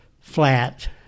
flat